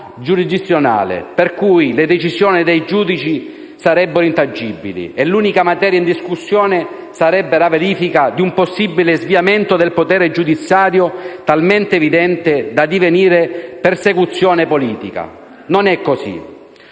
giurisdizionale, per cui le decisioni dei giudici sarebbero intangibili e l'unica materia in discussione sarebbe la verifica di un possibile sviamento del potere giudiziario talmente evidente da divenire persecuzione politica. Non è così.